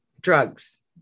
drugs